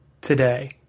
today